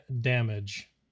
damage